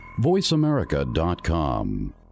voiceamerica.com